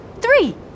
three